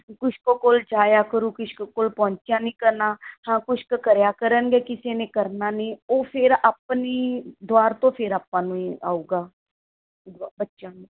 ਕੁਛ ਕੁ ਕੋਲ ਜਾਇਆ ਕਰੂ ਕੁਛ ਕੁ ਕੋਲ ਪਹੁੰਚਿਆ ਨਹੀਂ ਕਰਨਾ ਹਾਂ ਕੁਛ ਕੁ ਕਰਿਆ ਕਰਨਗੇ ਕਿਸੇ ਨੇ ਕਰਨਾ ਨਹੀਂ ਉਹ ਫਿਰ ਆਪਣੀ ਦੁਬਾਰ ਤੋਂ ਫਿਰ ਆਪਾਂ ਨੂੰ ਹੀ ਆਊਗਾ ਬ ਬੱਚਿਆਂ ਨੂੰ